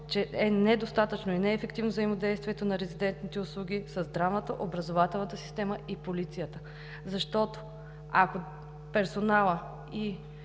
че е недостатъчно и неефективно взаимодействието на резидентните услуги със здравната, образователната система и полицията. Защото, ако персоналът и